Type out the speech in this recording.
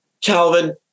Calvin